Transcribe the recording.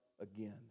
again